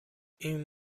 این